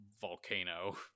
volcano